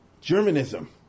Germanism